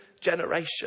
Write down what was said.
generation